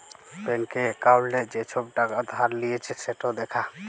ব্যাংকে একাউল্টে যে ছব টাকা ধার লিঁয়েছে সেট দ্যাখা